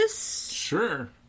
Sure